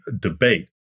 debate